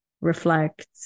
reflect